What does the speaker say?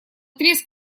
треск